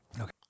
Okay